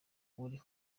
uri